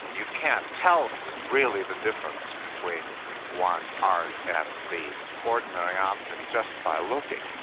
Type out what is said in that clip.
you can't tell really the difference between one art and the ordinary object just by looking.